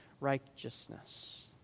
righteousness